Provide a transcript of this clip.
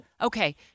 Okay